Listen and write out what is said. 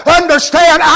understand